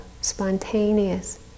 spontaneous